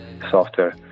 Software